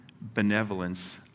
benevolence